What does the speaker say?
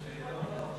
14 מיליארד.